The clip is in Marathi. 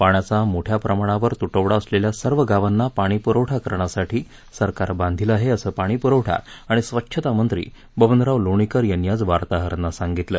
पाण्याचा मोठ्या प्रमाणावर तुटवडा असलेल्या सर्व गावांना पाणीपुरवठा करण्यासाठी सरकार बांधिल आहे असं पाणीपुरवठा आणि स्वच्छतामंत्री बबनराव लोणीकर यांनी आज वार्ताहरांना सांगितलं